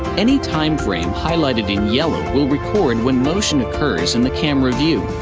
any timeframe highlighted in yellow will record when motion occurs in the camera view.